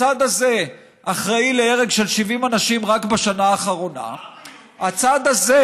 הצד הזה אחראי להרג של 70 אנשים רק בשנה האחרונה העם היהודי,